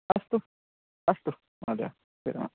अस्तु अस्तु महोदयः विरमामि